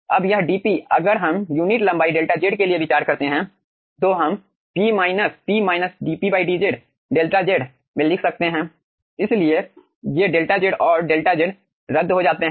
अब यह dP अगर हम यूनिट लंबाई 𝛿 Z के लिए विचार करते हैं तो हम P P dP dz 𝛿 Z में लिख सकते हैं इसलिए ये 𝛿 Z और 𝛿 Z रद्द हो जाते हैं